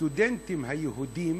הסטודנטים היהודים